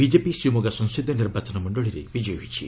BJP Shimoga ସଂସଦୀୟ ନିର୍ବାଚନ ମଣ୍ଡଳିରେ ବିଜୟୀ ହୋଇଛି